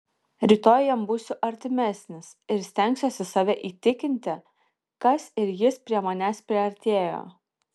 rytoj jam būsiu artimesnis ir stengsiuosi save įtikinti kas ir jis prie manęs priartėjo